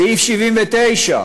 סעיף 79,